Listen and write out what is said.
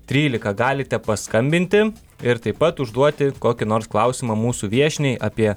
trylika galite paskambinti ir taip pat užduoti kokį nors klausimą mūsų viešniai apie